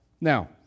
now